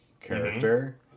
character